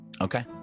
Okay